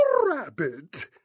rabbit